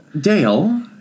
Dale